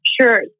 Sure